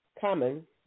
common